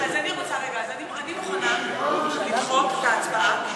אני מוכנה לדחות את ההצבעה,